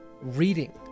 reading